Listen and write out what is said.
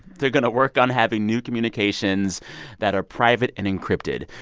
they're going to work on having new communications that are private and encrypted,